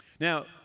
Now